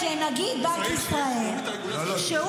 לנגיד בנק ישראל ---- את השרים שכנעת,